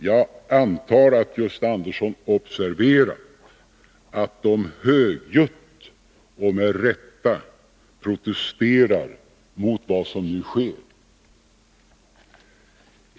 Jag antar att Gösta Andersson observerat = Sättet att fastställa att de högljutt och med rätta protesterar mot vad som nu sker.